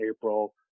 April